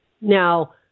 Now